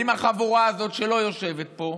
עם החבורה הזאת שלא יושבת פה,